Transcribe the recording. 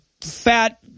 fat –